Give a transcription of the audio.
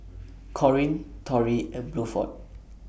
Corrine Torey and Bluford